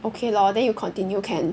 okay lor then you continue can